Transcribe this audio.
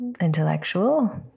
intellectual